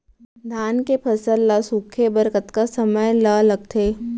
धान के फसल ल सूखे बर कतका समय ल लगथे?